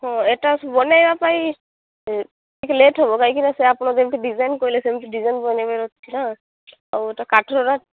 ହଁ ଏଟା ବନେଇବା ପାଇଁ ଟିକେ ଲେଟ୍ ହବ କାହିଁକିନା ସେ ଆପଣ ଯେମିତି ଡିଜାଇନ୍ କହିଲେ ସେମିତି ଡିଜାଇନ୍ ବନେଇବାର ଅଛି ନା ଆଉ ଏଇଟା କାଠର